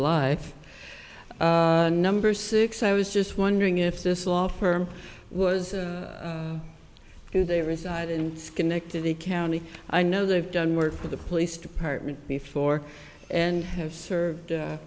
life number six i was just wondering if this law firm was who they reside in schenectady county i know they've done work for the police department before and have served